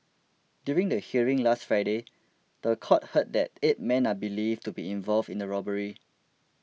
during the hearing last Friday the court heard that eight men are believed to be involved in the robbery